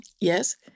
Yes